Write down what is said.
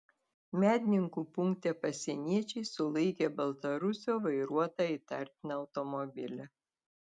medininkų punkte pasieniečiai sulaikė baltarusio vairuotą įtartiną automobilį